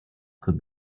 could